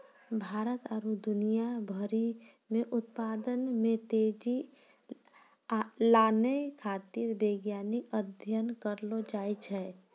भारत आरु दुनिया भरि मे उत्पादन मे तेजी लानै खातीर वैज्ञानिक अध्ययन करलो जाय छै